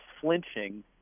flinching